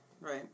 Right